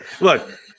look